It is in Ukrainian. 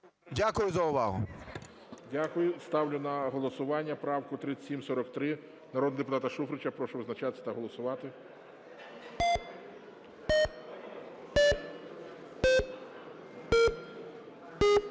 Дякую за увагу. ГОЛОВУЮЧИЙ. Дякую. Ставлю на голосування правку 3743 народного депутата Шуфрича. Прошу визначатись та голосувати.